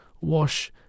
wash